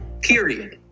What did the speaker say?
period